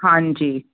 ਹਾਂਜੀ